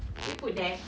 did you put that